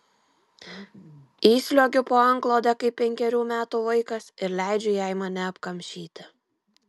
įsliuogiu po antklode kaip penkerių metų vaikas ir leidžiu jai mane apkamšyti